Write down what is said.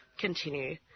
continue